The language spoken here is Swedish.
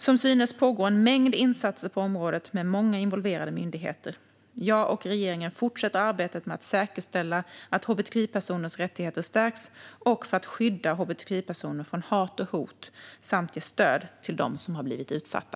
Som synes pågår en mängd insatser på området med många involverade myndigheter. Jag och regeringen fortsätter arbetet med att säkerställa att hbtqi-personers rättigheter stärks och för att skydda hbtqi-personer från hat och hot samt ge stöd till dem som blivit utsatta.